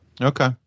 okay